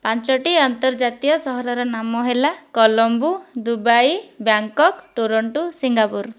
ପାଞ୍ଚଟି ଅନ୍ତର୍ଜାତୀୟ ସହରର ନାମ ହେଲା Colombo Dubai Bangkok Toronto Singapore